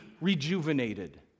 rejuvenated